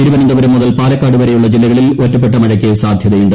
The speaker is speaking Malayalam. തിരുവനന്തപുരം മുതൽ പാലക്കാട് വരെയുള്ള ജില്ലകളിൽ ഒറ്റപ്പെട്ട മഴയ്ക്ക് സാധ്യതയുണ്ട്